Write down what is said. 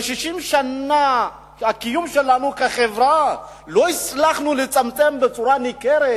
ב-60 שנות הקיום שלנו כחברה לא הצלחנו לצמצם בצורה ניכרת